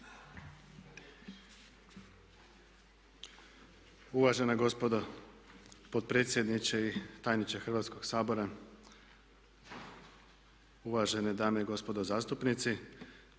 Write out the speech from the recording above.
Uvažena gospodo potpredsjedniče i tajniče Hrvatskog sabora, uvažene dame i gospodo zastupnici